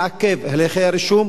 מעכב את הליכי הרישום,